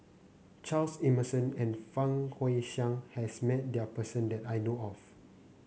Charles Emmerson and Fang Guixiang has met there person that I know of